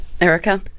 Erica